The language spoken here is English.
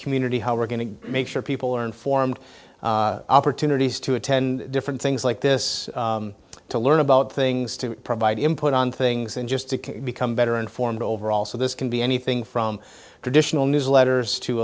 community how we're going to make sure people are informed opportunities to attend different things like this to learn about things to provide input on things and just to become better informed overall so this can be anything from traditional newsletters to